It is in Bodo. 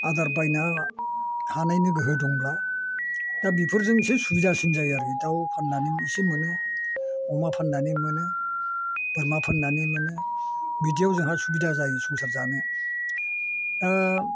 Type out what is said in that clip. आदार बायनो हानायनि गोहो दंब्ला दा बिफोरजोंसो सुबिदासिन जायो आरो दाउ फाननानै इसे मोनो अमा फाननानै मोनो बोरमा फाननानै मोनो बिदियाव जोंहा सुबिदा जायो संसार जानो